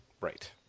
Right